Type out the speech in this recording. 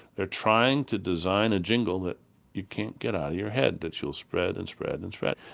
they are trying to design a jingle that you can't get out of your head, that you'll spread, and spread and spread.